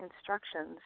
instructions